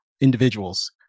individuals